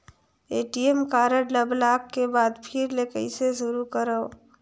ATM card ल block के बाद फिर ले कइसे शुरू करव?